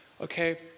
Okay